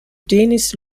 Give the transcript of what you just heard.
denis